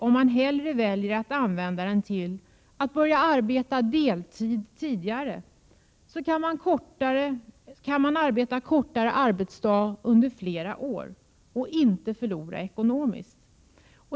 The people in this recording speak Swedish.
Om man hellre vill börja arbeta deltid tidigare, kan man arbeta kortare arbetsdag under flera år utan att förlora ekonomiskt.